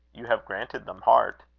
you have granted them heart.